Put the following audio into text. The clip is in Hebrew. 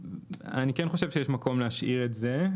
אני כן חושב שיש מקום להשאיר את זה,